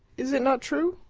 is it not true?